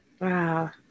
wow